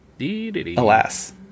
alas